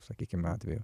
sakykime atveju